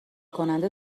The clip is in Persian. کننده